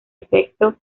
efecto